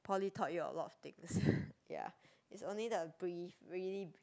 poly taught you a lot of things ya it's only the brief really